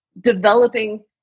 developing